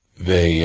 they